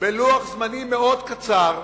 בלוח זמנים מאוד קצר,